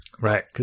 Right